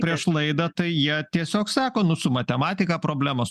prieš laidą tai jie tiesiog sako nu su matematika problemos